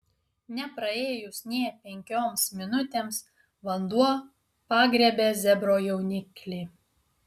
nepraėjus nė penkioms minutėms vanduo pagriebė zebro jauniklį